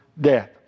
death